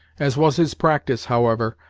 as was his practice, however,